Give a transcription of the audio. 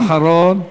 משפט אחרון.